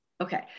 Okay